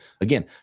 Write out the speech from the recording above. Again